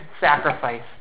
sacrifice